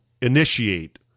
initiate